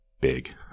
big